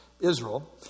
Israel